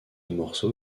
morceau